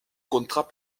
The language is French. contrat